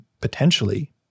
potentially